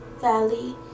Valley